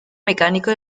mecánico